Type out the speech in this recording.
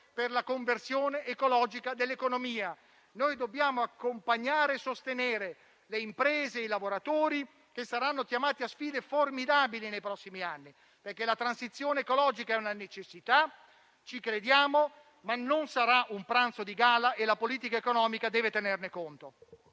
per la conversione ecologica dell'economia. Dobbiamo accompagnare e sostenere le imprese e i lavoratori, che saranno chiamati a sfide formidabili nei prossimi anni, perché la transizione ecologica è una necessità, ci crediamo, ma non sarà un pranzo di gala e la politica economica deve tenerne conto.